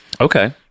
Okay